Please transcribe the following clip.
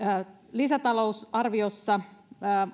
lisätalousarviossa